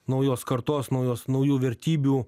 naujos kartos naujos naujų vertybių